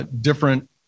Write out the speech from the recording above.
Different